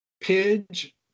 Pidge